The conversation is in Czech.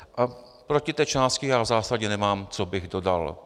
A proti té části já v zásadě nemám, co bych dodal.